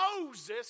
Moses